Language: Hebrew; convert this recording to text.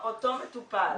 מטופל,